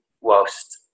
whilst